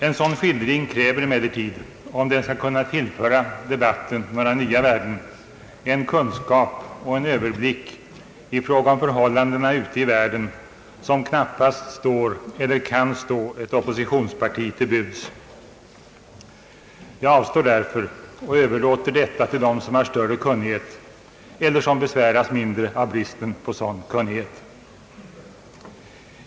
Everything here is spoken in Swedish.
En sådan skildring kräver emellertid — om den skall tillföra debatten några nya värden — en kunskap och en överblick i fråga om förhållandena ute i världen som knappast står eller kan stå ett oppositionsparti till buds. Jag avstår därför och överlåter detta till dem som har större kunnighet, eller som besväras mindre av bristen på sådan kunnighet.